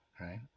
right